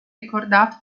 ricordato